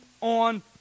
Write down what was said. on